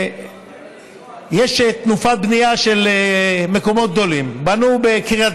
ויש תנופת בנייה של מקומות גדולים: בקריית